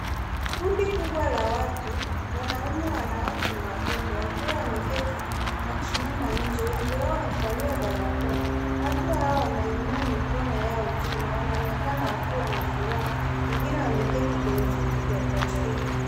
Kundi kubwa la watu, wanaume, wanawake na watoto wakiwa wameketi na kusimama nje. Wengi wao wamevalia barakoa. Watu hawa wanainua mikono yao juu na wanaonekana wakiwa na furaha. Wengine wameketi kwenye viti vya plastiki.